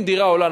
אם דירה עולה,